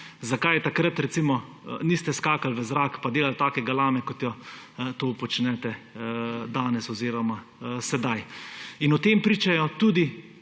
Zakaj takrat, recimo, niste skakali v zrak pa delali take galame, kot jo to počnete danes oziroma sedaj? In o tem pričajo tudi